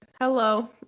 Hello